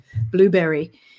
blueberry